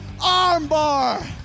Armbar